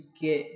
get